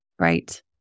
Right